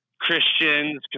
Christians